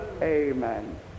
Amen